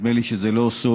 נדמה לי שזה לא סוד.